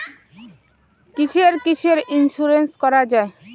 কিসের কিসের ইন্সুরেন্স করা যায়?